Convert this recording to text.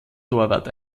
torwart